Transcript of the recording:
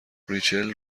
ریچل